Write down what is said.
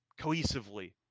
cohesively